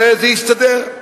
וזה יסתדר.